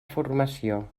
formació